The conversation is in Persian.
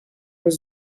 روز